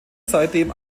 seitdem